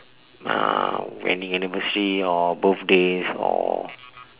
uh wedding anniversary or birthdays or